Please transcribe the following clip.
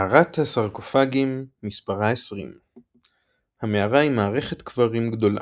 מערת הסרקופגים - מספרה 20. המערה היא מערכת קברים גדולה,